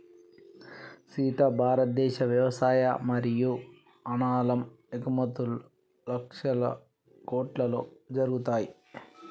సీత భారతదేశ వ్యవసాయ మరియు అనాలం ఎగుమతుం లక్షల కోట్లలో జరుగుతాయి